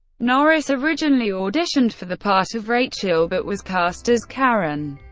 norris originally auditioned for the part of rachel, but was cast as karen,